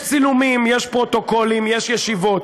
יש צילומים, יש פרוטוקולים, יש ישיבות.